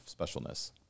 specialness